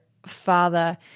father